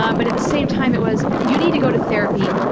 um but at the same time, it was, you need to go to therapy,